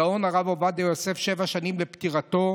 הגאון הרב עובדיה יוסף, שבע שנים לפטירתו,